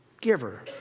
giver